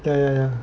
ya ya ya